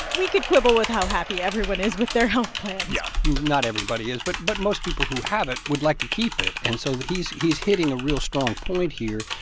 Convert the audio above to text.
we could quibble with how happy everyone is with their health plans yeah, not everybody is, but but most people who have it would like to keep it. and so he's he's hitting a real strong point here.